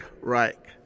Reich